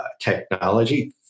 technology